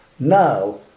Now